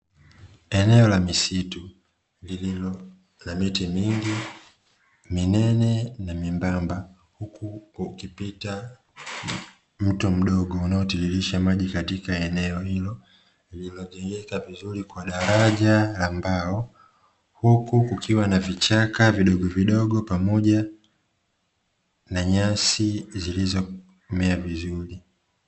Eneo la misitu lililo na miti mingi minene na myembamba, huku kukipita mto mdogo unaotiririsha maji katika eneo hilo, lililojengeka vizuri kwa daraja la mbao huku kukiwa na vichaka vidogovidogo pamoja na nyasi zilizomea vizuri.